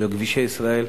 בכבישי ישראל.